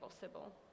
possible